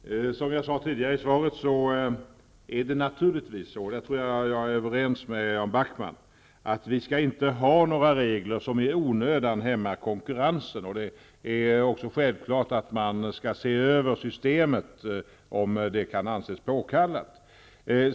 Herr talman! Som jag sade i mitt svar är det naturligtvis så -- där är jag överens med Jan Backman -- att vi inte skall ha några regler som i onödan hämmar konkurrensen. Det är också självklart att man skall se över systemet om det kan anses påkallat.